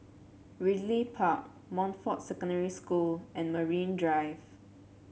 Ridley Park Montfort Secondary School and Marine Drive